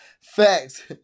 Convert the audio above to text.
facts